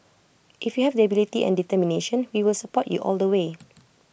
if you have the ability and determination we will support you all the way